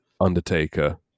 undertaker